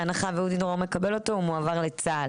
בהנחה ואודי דרור מקבל אותו, הוא מועבר לצה"ל